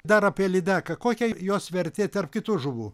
dar apie lydeką kokia jos vertė tarp kitų žuvų